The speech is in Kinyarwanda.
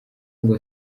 ngo